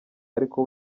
ariko